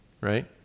right